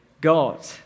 God